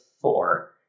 four